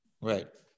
right